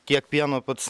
kiek pieno pats